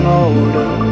older